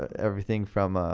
everything from